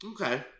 Okay